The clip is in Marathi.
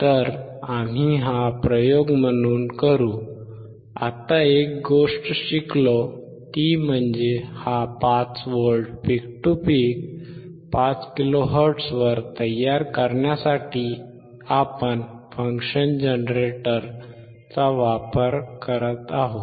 तर आम्ही हा प्रयोग म्हणून करू आता एक गोष्ट शिकलो ती म्हणजे हा 5V पीक टू पीक 5 किलो हर्ट्झवर तयार करण्यासाठी आपण फंक्शन जनरेटर वापरत आहोत